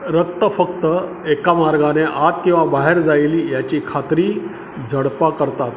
रक्त फक्त एका मार्गाने आत किंवा बाहेर जाईल याची खात्री झडपा करतात